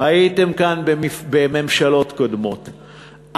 הייתם כאן בממשלות קודמות,